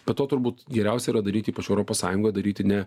bet to turbūt geriausia yra daryti ypač europos sąjungoj daryti ne